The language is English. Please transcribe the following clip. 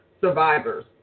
survivors